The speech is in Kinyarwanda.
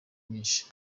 nyinshi